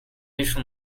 usual